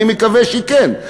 אני מקווה שכן,